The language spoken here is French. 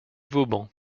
vauban